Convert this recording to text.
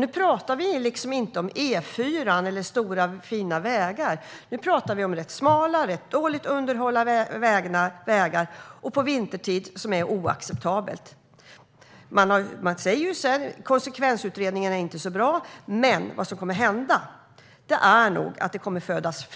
Nu pratar vi inte om E4:an eller stora fina vägar. Det är ganska smala, ganska dåligt underhållna vägar vintertid, vilket är oacceptabelt. Man säger att konsekvensutredningen inte är särskilt bra. Men det som kommer att hända är att fler barn nog kommer att födas